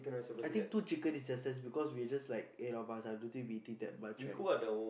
I think two chicken is just nice because we just like eight of us I don't think we eating that much right